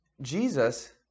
Jesus